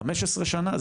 15 שנה,